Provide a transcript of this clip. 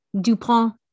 Dupont